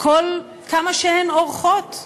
כל כמה שהן אורכות.